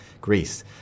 Greece